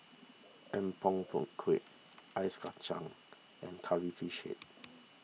Apom Berkuah Ice Kachang and Curry Fish Head